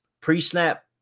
pre-snap